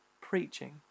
preaching